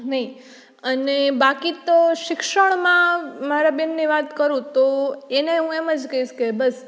નહીં અને બાકી તો શિક્ષણમાં મારા બેનની વાત કરું તો એને હું એમ જ કહીશ કે બસ